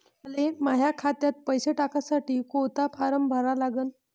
मले माह्या खात्यात पैसे टाकासाठी कोंता फारम भरा लागन?